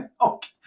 Okay